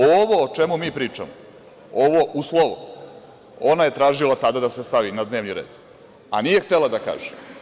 Ovo o čemu mi pričamo, ovo u slovo ona je tražila tada da se stavi na dnevni red, a nije htela da kaže.